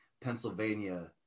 Pennsylvania